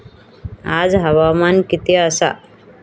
आज हवामान किती आसा?